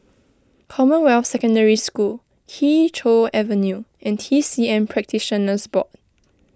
Commonwealth Secondary School Kee Choe Avenue and T C M Practitioners Board